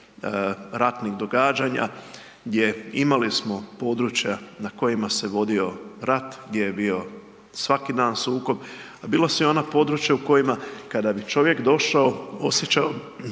ratnih događanja, gdje imali smo područja na kojima se vodio rat, gdje je bio svaki dan sukob, a bila su i ona područja u kojima kada bi čovjek došao osjećao